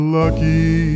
lucky